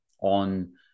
on